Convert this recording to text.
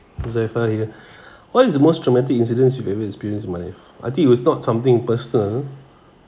huzaifal here what is the most traumatic incidents you ever experience in life I think it was not something personal